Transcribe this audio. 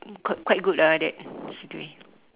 quite quite good lah like that to me